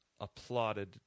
applauded